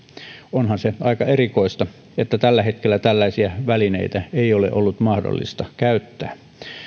onhan se aika erikoista että tällä hetkellä tällaisia välineitä ei ole ollut mahdollista käyttää